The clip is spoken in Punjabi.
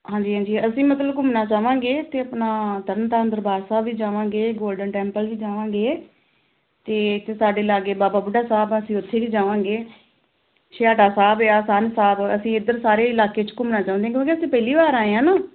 ਹਾਂਜੀ ਹਾਂਜੀ ਅਸੀਂ ਮਤਲਬ ਘੁੰਮਣਾ ਚਾਹਾਂਗੇ ਅਤੇ ਆਪਣਾ ਤਰਨਤਾਰਨ ਦਰਬਾਰ ਸਾਹਿਬ ਵੀ ਜਾਵਾਂਗੇ ਗੋਲਡਨ ਟੈਂਪਲ ਵੀ ਜਾਵਾਂਗੇ ਅਤੇ ਇੱਥੇ ਸਾਡੇ ਲਾਗੇ ਬਾਬਾ ਬੁੱਢਾ ਸਾਹਿਬ ਆ ਅਸੀਂ ਉੱਥੇ ਵੀ ਜਾਵਾਂਗੇ ਛੇਹਰਟਾ ਸਾਹਿਬ ਹੈ ਸੰਨ ਸਾਹਿਬ ਅਸੀਂ ਇੱਧਰ ਸਾਰੇ ਇਲਾਕੇ 'ਚ ਘੁੰਮਣਾ ਚਾਹੁੰਦੇ ਕਿਉਕਿ ਅਸੀਂ ਪਹਿਲੀ ਵਾਰ ਆਏ ਹਾਂ ਨਾ